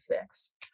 fix